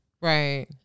Right